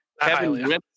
kevin